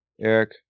Eric